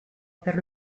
per